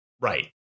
Right